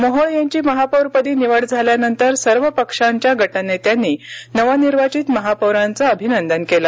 मोहोळ यांची महापौर पदी निवड झाल्यानंतर सर्व पक्षांच्या गटनेत्यांनी नवनिर्वाचित महापौरांचं अभिनंदन केलं